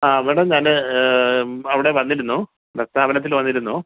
ആ മേടം ഞാൻ അവിടെ വന്നിരുന്നു സാധനത്തിന് വന്നിരുന്നു